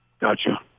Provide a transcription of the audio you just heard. Gotcha